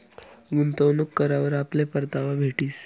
गुंतवणूक करावर आपले परतावा भेटीस